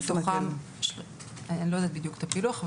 אני לא יודעת בדיוק את הפילוח,